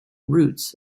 roots